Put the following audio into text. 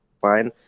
fine